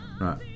Right